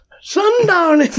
Sundown